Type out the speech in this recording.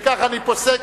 וכך אני פוסק.